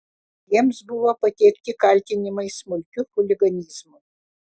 jiems buvo pateikti kaltinimai smulkiu chuliganizmu